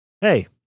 hey